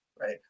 right